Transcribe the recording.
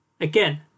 Again